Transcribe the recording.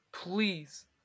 please